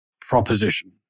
proposition